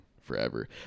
forever